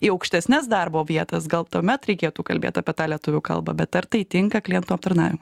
į aukštesnes darbo vietas gal tuomet reikėtų kalbėti apie tą lietuvių kalbą bet ar tai tinka klientų aptarnavime